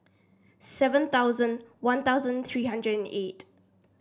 seven thousand One Thousand three hundred and eight